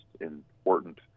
important